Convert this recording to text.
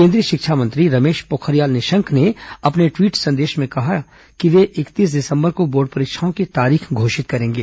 केंद्रीय शिक्षा मंत्री रमेश पोखरियाल निशंक ने एक ट्वीट कर कहा कि वह इकतीस दिसंबर को बोर्ड परीक्षाओं की तारीख घोषित करेंगे